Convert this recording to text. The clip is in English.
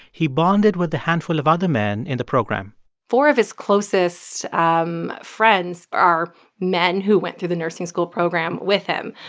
he bonded with the handful of other men in the program four of his closest um friends are men who went through the nursing school program with him.